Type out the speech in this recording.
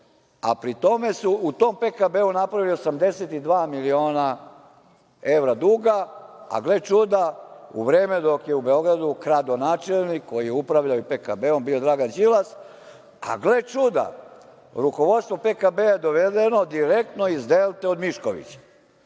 a pri tome su u tom PKB napravili 82 miliona evra duga, a gle čuda, u vreme dok je u Beogradu kradonačelnik koji je upravljao i PKB-om, bio Dragan Đilas, a gle čuda, rukovodstvo PKB je dovedeno direktno iz Delte od Miškovića.